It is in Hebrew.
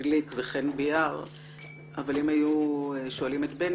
בליק וחן ביאר אבל אם היו שואלים את בני,